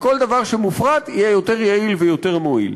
וכל דבר שמופרט יהיה יותר יעיל ויותר מועיל.